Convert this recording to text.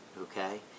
Okay